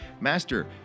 Master